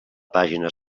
pàgina